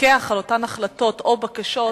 שתפקח על אותן החלטות או בקשות.